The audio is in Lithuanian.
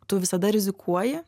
tu visada rizikuoji